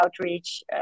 outreach